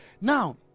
Now